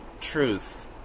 truth